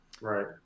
Right